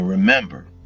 Remember